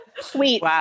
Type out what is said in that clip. Sweet